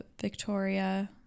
Victoria